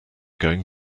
going